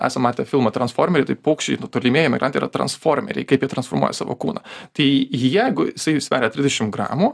esam matę filmą transformeriai tai paukščiai nu tolimieji migrantai yra transformeriai kaip jie transformuoja savo kūną tai jeigu jisai sveria trisdešim gramų